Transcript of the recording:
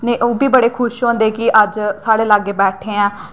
ते उब्बी बड़े खुश होंदे कि अज्ज साढ़ै लाग्गै बैठे आं